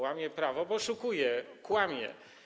Łamie prawo, bo oszukuje, kłamie.